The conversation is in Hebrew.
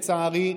לצערי,